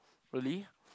really